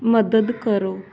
ਮਦਦ ਕਰੋ